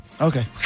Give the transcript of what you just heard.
Okay